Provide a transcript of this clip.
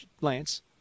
Lance